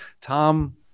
Tom